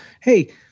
Hey